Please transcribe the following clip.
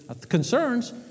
concerns